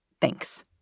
Thanks